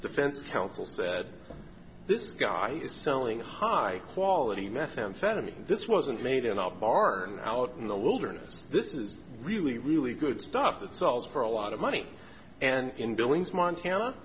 defense counsel said this guy is selling high quality methamphetamine this wasn't made in our barn out in the lilburn is this is really really good stuff that sells for a lot of money and in billings montana